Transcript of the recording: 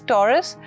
Taurus